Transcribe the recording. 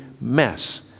mess